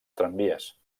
tramvies